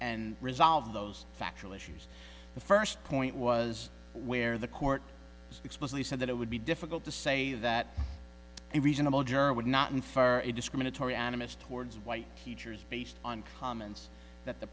and resolve those factual issues the first point was where the court explicitly said that it would be difficult to say that a reasonable juror would not infer a discriminatory animus towards white teachers based on comments that the